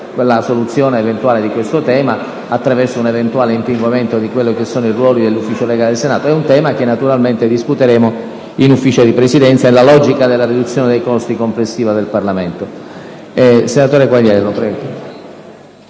la soluzione eventuale di questo tema, attraverso un eventuale rimpinguamento di quelli che sono i ruoli dell'Ufficio affari legali del Senato. È un tema che, naturalmente, discuteremo in Consiglio di Presidenza nella logica della riduzione dei costi complessivi del Parlamento.